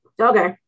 okay